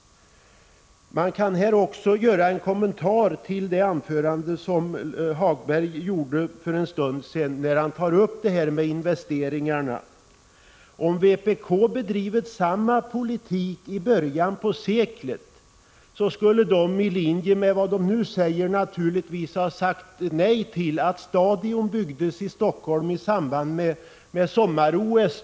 Jag vill här också göra en kommentar till vad Lars-Ove Hagberg i sitt anförande för en stund sedan sade om investeringarna. Om vpk hade bedrivit samma politik i början på seklet, så skulle vpk — i linje med vad man nu säger — naturligtvis ha sagt nej till att Stadion byggdes i Helsingfors i samband med sommar-OS.